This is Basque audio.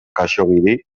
khaxoggiri